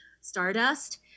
stardust